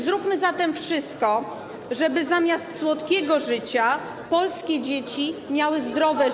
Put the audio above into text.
Zróbmy zatem wszystko, żeby zamiast słodkiego życia polskie dzieci miały zdrowe życie.